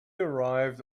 arrived